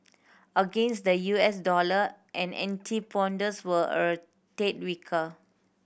against the U S dollar and antipodeans were a tad weaker